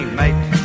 mate